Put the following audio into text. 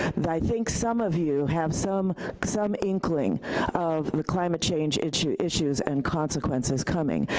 but i think some of you have some some inkling of the climate change issues issues and consequences coming.